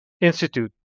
Institute